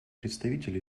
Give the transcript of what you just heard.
представитель